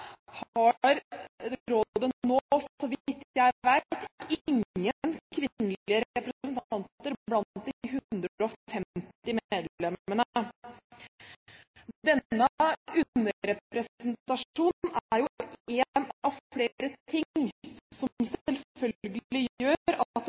rådet nå, så vidt jeg vet, ingen kvinnelige representanter blant de 150 medlemmene. Denne underrepresentasjonen er én av flere ting som